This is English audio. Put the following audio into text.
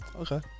Okay